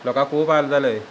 लोकां खूब हाल जाले